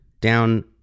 down